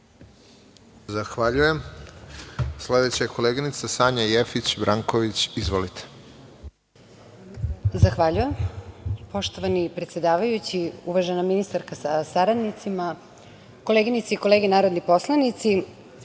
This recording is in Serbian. Zahvaljujem. Sledeća je koleginica Sanja Jefić Branković. Izvolite. **Sanja Jefić Branković** Zahvaljujem. Poštovani predsedavajući, uvažena ministarka sa saradnicima, koleginice i kolege narodni poslanici,